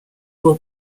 will